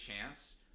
chance